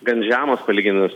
gan žemos palyginus